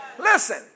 listen